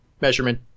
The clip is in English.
measurement